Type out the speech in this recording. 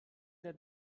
der